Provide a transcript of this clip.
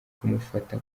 kumufata